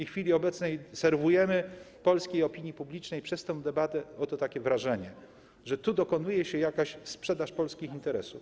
W chwili obecnej serwujemy polskiej opinii publicznej poprzez tę debatę takie oto wrażenie, że tu dokonuje się jakaś sprzedaż polskich interesów.